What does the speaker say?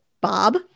Bob